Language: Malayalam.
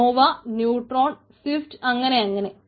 നോവ ന്യൂട്രോൺ സ്വിഫ്റ്റ് അങ്ങനെയങ്ങനെ